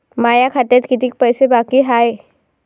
माया खात्यात कितीक पैसे बाकी हाय?